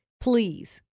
Please